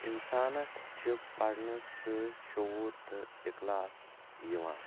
انسانس چھِ پرنہٕ سۭتۍ شعور تہٕ اخلاص یِوان